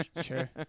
Sure